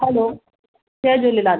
hello जय झूलेलाल